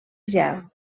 gel